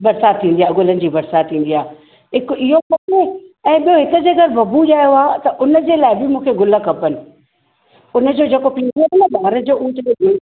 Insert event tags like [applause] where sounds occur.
बरसाति थींदी आहे गुलनि जी बरसाति थींदी आहे हिकु इहो खपे ऐं ॿियो हिकु जॻहि बबू ॼाओ आहे त उनजे लाइ बि मूंखे गुल खपनि उनजो जेको पींघो आहे न भाड़े जो हुन जो [unintelligible]